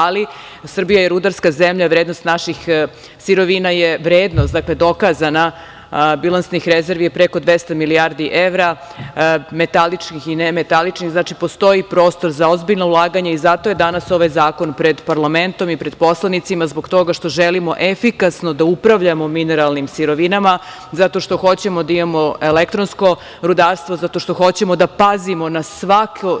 Ali, Srbija je rudarska zemlja, vrednost naših sirovina je vrednost, dakle dokazana, bilansnih rezervi je preko 200 milijardi evra, metaličnih i nemetaličnih, znači postoji prostor za ozbiljno ulaganje i zato je danas ovaj zakon pred parlamentom i pred poslanicima, zbog toga što želimo efikasno da upravljamo mineralnim sirovinama, zato što hoćemo da imamo elektronsko rudarstvo, zato što hoćemo da pazimo na